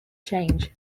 change